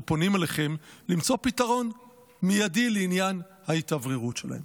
אנחנו פונים אליכם למצוא פתרון מיידי לעניין ההתאווררות שלהם.